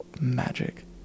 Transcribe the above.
magic